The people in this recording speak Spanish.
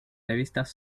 revistas